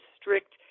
strict